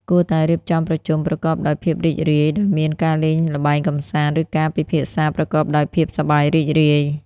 គួរតែរៀបចំប្រជុំប្រកបដោយភាពរីករាយ ដោយមានការលេងល្បែងកម្សាន្ត ឬការពិភាក្សាប្រកបដោយភាពសប្បាយរីករាយ។